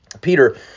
Peter